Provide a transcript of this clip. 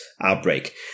outbreak